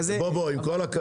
בוא בוא עם כל הכבוד.